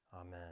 amen